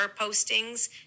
postings